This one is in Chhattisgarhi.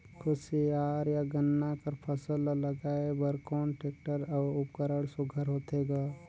कोशियार या गन्ना कर फसल ल लगाय बर कोन टेक्टर अउ उपकरण सुघ्घर होथे ग?